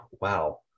wow